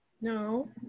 No